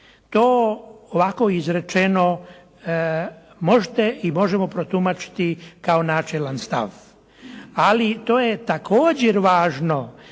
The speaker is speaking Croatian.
To ovako izrečeno možete i možemo protumačiti kao načelan stav, ali i to je također važno